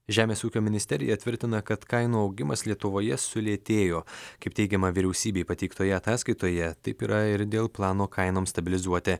žemės ūkio ministerija tvirtina kad kainų augimas lietuvoje sulėtėjo kaip teigiama vyriausybei pateiktoje ataskaitoje taip yra ir dėl plano kainoms stabilizuoti